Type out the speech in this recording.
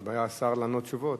כשבא שר לענות תשובות,